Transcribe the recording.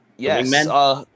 Yes